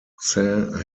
saint